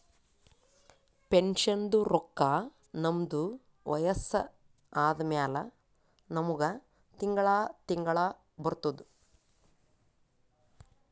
ಪೆನ್ಷನ್ದು ರೊಕ್ಕಾ ನಮ್ದು ವಯಸ್ಸ ಆದಮ್ಯಾಲ ನಮುಗ ತಿಂಗಳಾ ತಿಂಗಳಾ ಬರ್ತುದ್